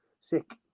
sick